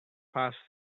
passed